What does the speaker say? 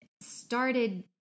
started